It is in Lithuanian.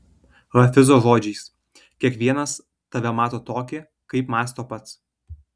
hafizo žodžiais kiekvienas tave mato tokį kaip mąsto pats